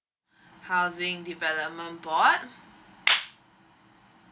housing development board